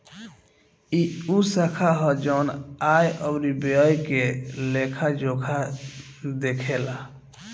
ई उ शाखा ह जवन आय अउरी व्यय के लेखा जोखा देखेला